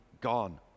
gone